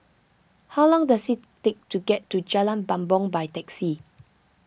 how long does it take to get to Jalan Bumbong by taxi